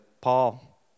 Paul